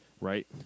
Right